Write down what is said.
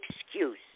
excuse